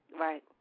Right